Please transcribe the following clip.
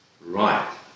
Right